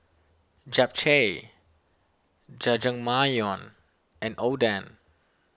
Japchae Jajangmyeon and Oden